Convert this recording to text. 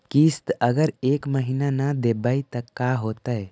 किस्त अगर एक महीना न देबै त का होतै?